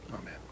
Amen